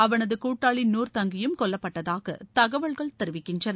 அவனது கூட்டாளி நூா் தங்கி யும் கொல்லப்பட்டதாக தகவல்கள் தெரிவிக்கின்றன